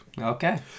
Okay